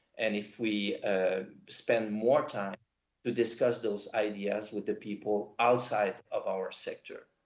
and if we ah spend more time to discuss those ideas with the people outside of our sector.